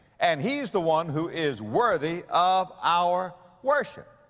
and he's the one who is worthy of our worship.